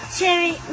Cherry